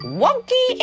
wonky